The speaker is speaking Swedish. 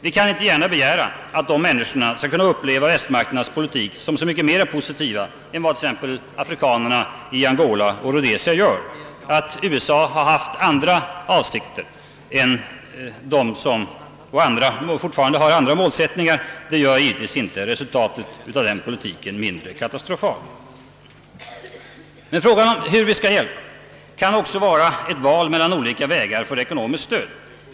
Vi kan inte gärna begära att dessa människor skall uppleva västmakternas politik som så mycket mer positiv än vad exempelvis afrikanerna i Angola och Rhodesia gör. Att USA haft och fortfarande har andra målsättningar gör inte resultatet av dess politik mindre katastrofal. Men frågan hur vi skall bjälpa kan också gälla ett val mellan olika vägar för ekonomiskt stöd.